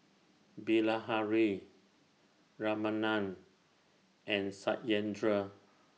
Bilahari Ramanand and Satyendra